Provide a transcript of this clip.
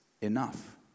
enough